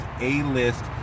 A-List